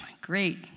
great